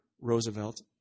Roosevelt